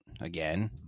again